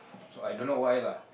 so I don't know why lah